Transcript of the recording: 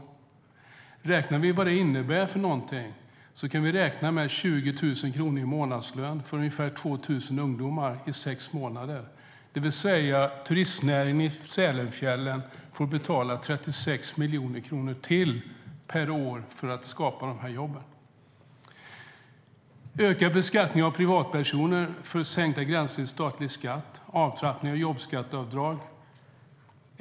Om vi räknar ut vad detta innebär kan vi räkna med 20 000 kronor i månadslön för ungefär 2 000 ungdomar i sex månader, det vill säga att turistnäringen i Sälenfjällen får betala 36 miljoner kronor till per år för att skapa dessa jobb. Det handlar om ökad beskattning av privatpersoner, sänkta gränser för statlig skatt och avtrappning av jobbskatteavdrag.